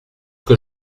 que